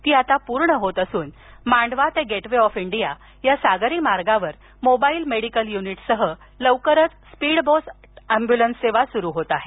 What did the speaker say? ती आता पूर्ण होत असून मांडवा ते गेट वे ऑफ इंडिया या सागरी मार्गावर मोबाईल मेडिकल यूनिट सह लवकरच स्पीड बोट एम्ब्युलन्स सेवा सुरू होत आहे